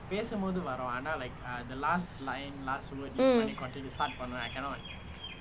mm